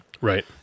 Right